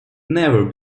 never